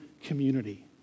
community